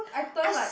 I turn like